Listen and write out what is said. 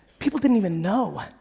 people didn't even know.